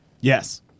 Yes